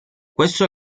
questo